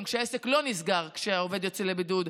העסק לא נסגר כשהעובד יוצא לבידוד,